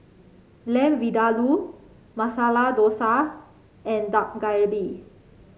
Lamb Vindaloo Masala Dosa and Dak Galbi